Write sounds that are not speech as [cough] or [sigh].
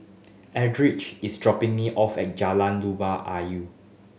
Eldridge is dropping me off at Jalan Luba [unintelligible]